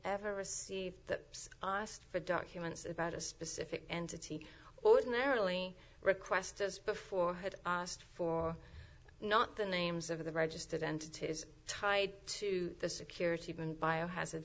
asked for documents about a specific entity ordinarily requests just before had asked for not the names of the registered entity is tied to the security even biohazard